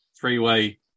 three-way